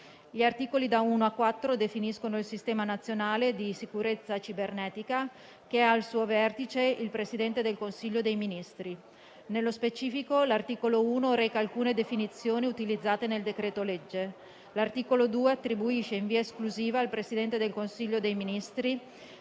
Gli articoli da 1 a 4 definiscono il sistema nazionale di sicurezza cibernetica, che ha al suo vertice il Presidente del Consiglio dei ministri. Nello specifico, l'articolo 1 reca alcune definizioni utilizzate nel decreto-legge. L'articolo 2 attribuisce in via esclusiva al Presidente del Consiglio dei ministri